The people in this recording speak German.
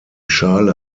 schale